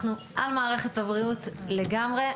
אנחנו על מערכת הבריאות לגמרי,